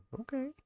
okay